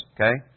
Okay